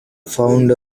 found